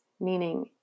meaning